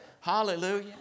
Hallelujah